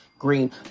Green